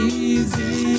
easy